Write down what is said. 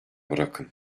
bırakın